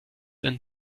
und